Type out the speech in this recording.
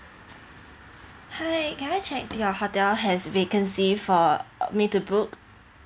hi can I check your hotel has vacancy for me to book